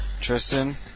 Tristan